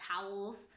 towels